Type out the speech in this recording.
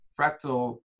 fractal